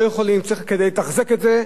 צריך כדי לתחזק את זה,